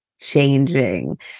changing